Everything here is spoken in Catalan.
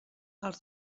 als